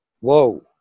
whoa